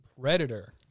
Predator